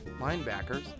linebackers